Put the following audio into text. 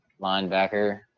linebacker